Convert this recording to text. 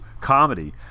comedy